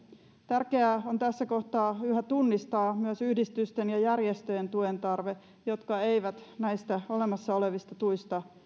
tärkeää on tässä kohtaa yhä tunnistaa myös yhdistysten ja järjestöjen tuen tarve jotka eivät näistä olemassa olevista tuista